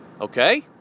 Okay